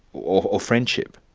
or friendship?